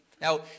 Now